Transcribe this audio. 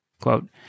Quote